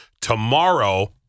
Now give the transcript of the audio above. tomorrow